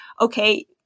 okay